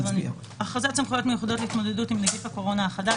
"הכרזת סמכויות מיוחדות להתמודדות עם נגיף הקורונה החדש